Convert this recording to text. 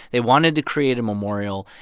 they wanted to create a memorial.